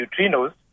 neutrinos